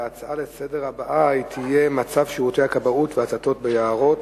אלא ההצעה לסדר-היום הבאה תהיה: מצב שירותי הכבאות והצתות ביערות.